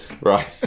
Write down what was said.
right